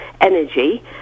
energy